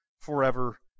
forever